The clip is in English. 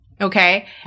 okay